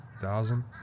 Thousand